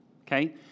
okay